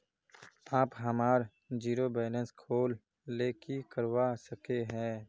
आप हमार zero balance खोल ले की करवा सके है?